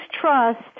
trust